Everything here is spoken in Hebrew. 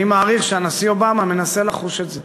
אני מעריך שהנשיא אובמה מנסה לחוש את זה.